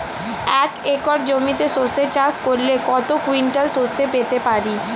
এক একর জমিতে সর্ষে চাষ করলে কত কুইন্টাল সরষে পেতে পারি?